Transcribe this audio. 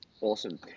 Awesome